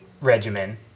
regimen